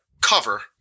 cover